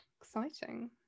Exciting